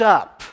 up